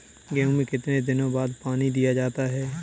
गेहूँ में कितने दिनों बाद पानी दिया जाता है?